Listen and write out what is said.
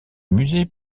musées